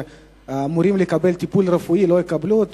שאמורים לקבל טיפול רפואי לא יקבלו אותו.